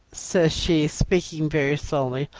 says she, speaking very slowly,